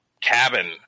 cabin